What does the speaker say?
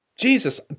Jesus